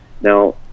now